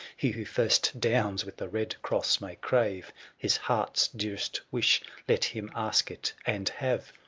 he who first downs with the red cross may crave his heart's dearest wish let him ask it, and have!